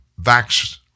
vax